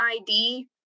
ID